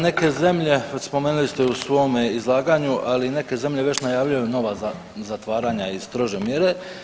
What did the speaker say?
Neke zemlje spomenuli ste u svome izlaganju, ali neke zemlje već najavljuju nova zatvaranja i strože mjere.